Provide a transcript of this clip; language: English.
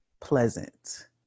pleasant